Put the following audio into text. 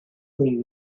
clean